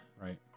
Right